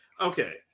Okay